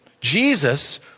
Jesus